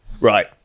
right